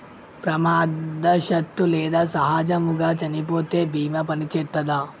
ప్రమాదవశాత్తు లేదా సహజముగా చనిపోతే బీమా పనిచేత్తదా?